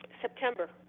September